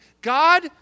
God